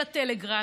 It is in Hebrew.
של הטלגראס,